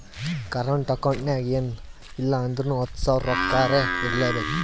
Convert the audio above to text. current account ನಾಗ್ ಎನ್ ಇಲ್ಲ ಅಂದುರ್ನು ಹತ್ತು ಸಾವಿರ ರೊಕ್ಕಾರೆ ಇರ್ಲೆಬೇಕು